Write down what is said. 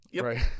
right